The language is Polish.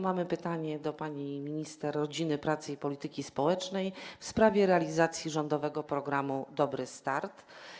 Mamy pytanie do pani minister rodziny, pracy i polityki społecznej w sprawie realizacji rządowego programu „Dobry start”